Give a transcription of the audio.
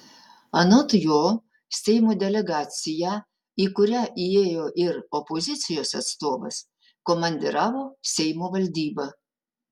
anot jo seimo delegaciją į kurią įėjo ir opozicijos atstovas komandiravo seimo valdyba